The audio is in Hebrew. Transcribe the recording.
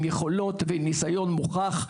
עם יכולות ועם ניסיון מוכח,